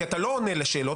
כי אתה לא עונה על שאלות,